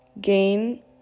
Gain